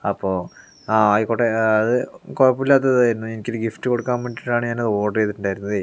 അപ്പോൾ ആ ആയിക്കോട്ടെ അത് കുഴപ്പമില്ലാത്തതായിരുന്നു എനിക്കൊരു ഗിഫ്റ്റ് കൊടുക്കാൻ വേണ്ടിയിട്ടാണ് ഞാൻ അത് ഓർഡർ ചെയ്തിട്ടുണ്ടായിരുന്നത്